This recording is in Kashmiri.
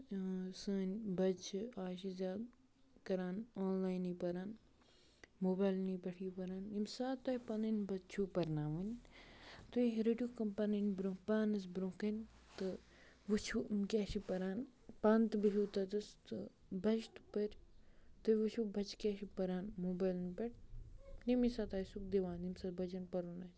سٲنۍ بَچہِ چھِ آز چھِ زیا کَران آن لاینٕے پَران موبایِلنٕے پٮ۪ٹھٕے پَران ییٚمہِ ساتہٕ تۄہہِ پَنٕنۍ بَچہِ چھُو پَرناوٕنۍ تُہۍ رٔٹِوُکھ پَنٕنۍ برٛونٛہہ پانَس برٛونٛہہ کَنہِ تہٕ وٕچھِو یِم کیٛاہ چھِ پَران پانہٕ تہِ بِہِو تَتٮ۪تھ تہٕ بَچہِ تہِ پٔرۍ تُہۍ وٕچھِو بَچہِ کیٛاہ چھِ پَران موبایلَن پٮ۪ٹھ تٔمی ساتہٕ ٲسِوُکھ دِوان ییٚمہِ ساتہٕ بَچَن پَرُن اَسہِ